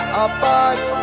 apart